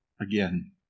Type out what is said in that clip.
again